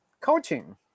coaching